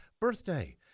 birthday